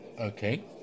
Okay